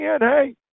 hey